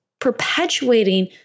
perpetuating